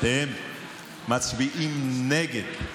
אתם מצביעים נגד.